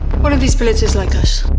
one of these bullets is like us.